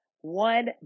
one